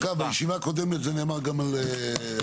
אגב, בישיבה הקודמת זה נאמר גם על ידכם.